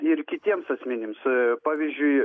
ir kitiems asmenims pavyzdžiui